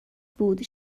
بود